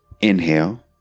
Inhale